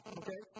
okay